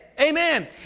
Amen